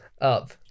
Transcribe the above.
up